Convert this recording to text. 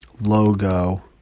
logo